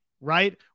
right